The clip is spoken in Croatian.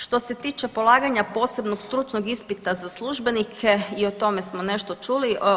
Što se tiče polaganja posebnog stručnog ispita za službenike i o tome smo nešto čuli.